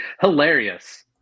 hilarious